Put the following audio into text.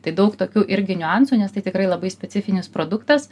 tai daug tokių irgi niuansų nes tai tikrai labai specifinis produktas